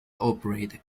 operate